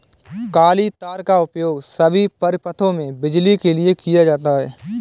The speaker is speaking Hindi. काली तार का उपयोग सभी परिपथों में बिजली के लिए किया जाता है